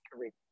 correct